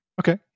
okay